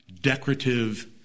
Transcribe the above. decorative